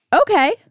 Okay